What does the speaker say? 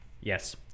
Yes